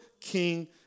King